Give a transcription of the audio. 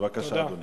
בבקשה, אדוני.